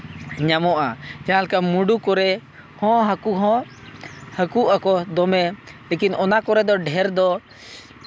ᱧᱟᱢᱚᱜᱼᱟ ᱡᱟᱦᱟᱸᱞᱮᱠᱟ ᱢᱩᱰᱩ ᱠᱚᱨᱮ ᱦᱚᱸ ᱦᱟᱹᱠᱩ ᱦᱚᱸ ᱦᱟᱹᱠᱩ ᱟᱠᱚ ᱫᱚᱢᱮ ᱞᱤᱠᱤᱱ ᱚᱱᱟ ᱠᱚᱨᱮ ᱫᱚ ᱰᱷᱮᱨ ᱫᱚ